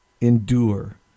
endure